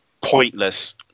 pointless